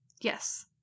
Yes